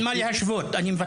אין מה להשוות, אני מבקש.